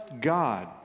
God